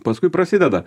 paskui prasideda